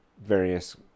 various